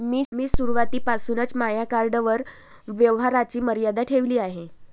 मी सुरुवातीपासूनच माझ्या कार्डवर व्यवहाराची मर्यादा ठेवली आहे